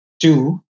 two